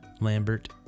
Lambert